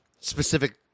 specific